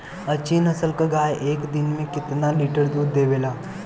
अच्छी नस्ल क गाय एक दिन में केतना लीटर दूध देवे ला?